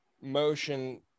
motion